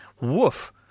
Woof